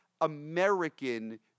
American